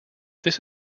this